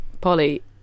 Polly